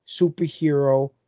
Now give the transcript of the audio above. superhero